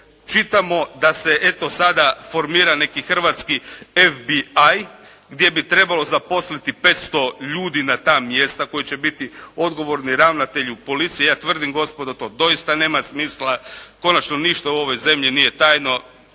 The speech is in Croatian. Čitamo da se eto sada formira neki hrvatski FBI gdje bi trebalo zaposliti 500 ljudi na ta mjesta koji će biti odgovorni ravnatelju policije. Ja tvrdim gospodo, to doista nema smisla. Konačno, ništa u ovoj zemlji nije tajno.